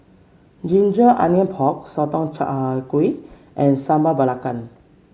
Ginger Onions Pork Sotong Char Kway and Sambal Belacan